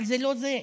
אבל זה לא זה.